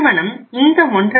நிறுவனம் இந்த 1